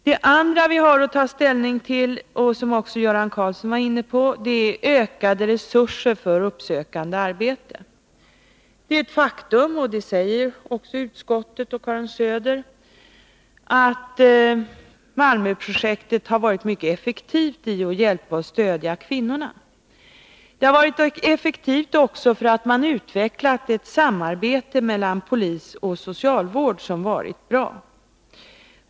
Det andra vi har att ta ställning till är ökade resurser för uppsökande arbete, vilket också Göran Karlsson var inne på. Det är ett faktum — och det säger också utskottet och Karin Söder — att Malmöprojektet har varit mycket effektivt i fråga om att hjälpa och stödja kvinnorna. I Malmö har man också utvecklat ett samarbete mellan polis och socialvård som har varit bra.